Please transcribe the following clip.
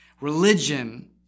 Religion